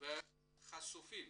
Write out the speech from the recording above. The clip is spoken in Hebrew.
וחשופים